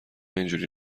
اینجوری